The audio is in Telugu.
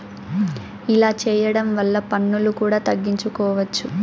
ఇలా చేయడం వల్ల పన్నులు కూడా తగ్గించుకోవచ్చు